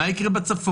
מה יקרה בצפון?